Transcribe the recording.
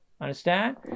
Understand